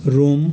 Rome